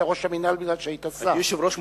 המינהל מפני שהיית שר.